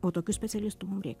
o tokių specialistų mum reik